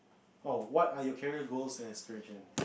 oh what are your career goals and aspiration